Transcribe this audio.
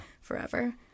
forever